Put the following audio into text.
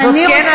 זאת כן הפרעה.